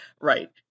Right